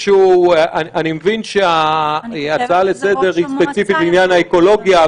אני מבין שההצעה לסדר היא ספציפית לעניין האקולוגיה,